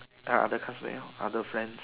other classmate orh other friends